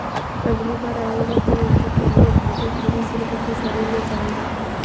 अगली बार आऊंगा तो नीतू के लिए भागलपुरी सिल्क की साड़ी ले जाऊंगा